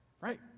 right